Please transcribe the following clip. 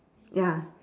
ya